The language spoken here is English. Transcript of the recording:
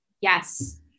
Yes